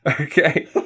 Okay